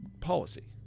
policy